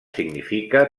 significa